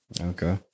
okay